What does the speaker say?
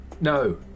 No